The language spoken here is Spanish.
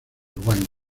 raymond